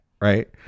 right